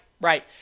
right